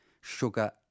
Sugar